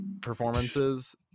performances